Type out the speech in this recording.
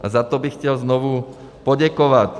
A za to bych chtěl znovu poděkovat.